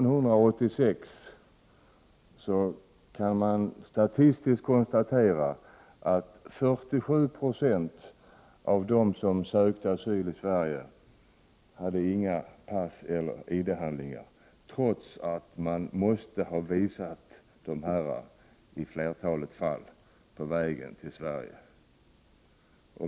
Enligt statistiken kan man konstatera att 47 20 av dem som 1986 sökte asyl inte hade pass eller andra identitetshandlingar, trots att de måste ha visat sådana handlingar vid ett flertal tillfällen på vägen till Sverige.